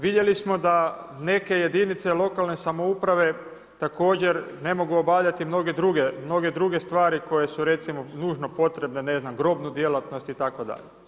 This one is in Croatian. Vidjeli smo da neke jedinice lokalne samouprave također ne mogu obavljati mnoge druge stvari koje su recimo nužno potrebne, ne znam grobnu djelatnost itd.